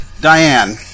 Diane